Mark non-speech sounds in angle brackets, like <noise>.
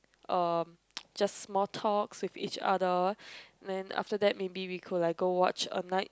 uh <noise> just small talks with each other then after that maybe we could like go watch a night